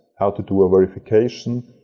how to do a verification.